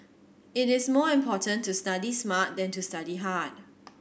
it is more important to study smart than to study hard